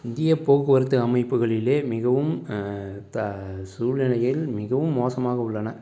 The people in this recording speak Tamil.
இந்திய போக்குவரத்து அமைப்புகளில் மிகவும் த சூழ்நிலைகள் மிகவும் மோசமாக உள்ளன